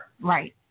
Right